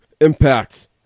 Impact